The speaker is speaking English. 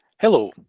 Hello